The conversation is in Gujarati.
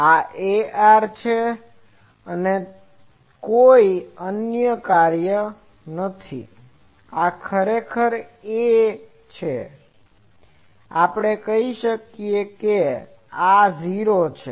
આ Ar છે ત્યાં કોઈ અન્ય કાર્ય નથી જે આ ખરેખર a છે આપણે કહી શકીએ કે આ 0 છે